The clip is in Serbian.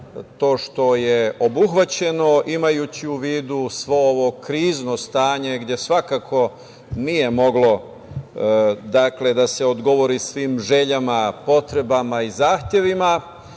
to što je obuhvaćeno, imajući u vidu svo ovo krizno stanje, gde svakako nije moglo da se odgovori svim željama, potrebama i zahtevima,